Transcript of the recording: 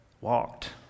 walked